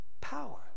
power